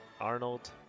Arnold